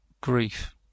grief